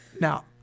Now